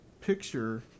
picture